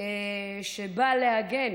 שבא להגן